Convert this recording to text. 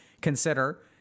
consider